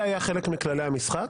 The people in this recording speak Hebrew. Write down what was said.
זה היה חלק מכללי המשחק.